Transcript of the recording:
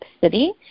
City